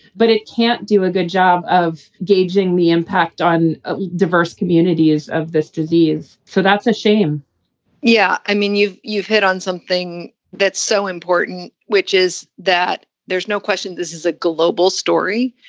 but it can't do a good job of gauging the impact on diverse communities of this disease. so that's a shame yeah. i mean, you've you've hit on something that's so important, which is that there's no question this is a global story,